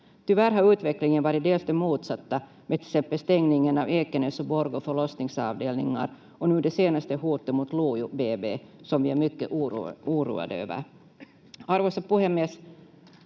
Tyvärr har utvecklingen varit dels den motsatta, med till exempel stängningen av Ekenäs och Borgå förlossningsavdelningar och nu det senaste hotet mot Lojo BB, som vi är mycket oroade över. Arvoisa puhemies!